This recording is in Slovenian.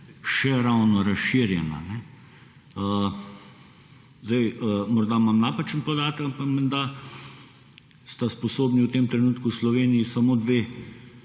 ni ravno razširjena. Morda imam napačen podatek, ampak menda sta sposobni v tem trenutku v Sloveniji samo dve